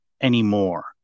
anymore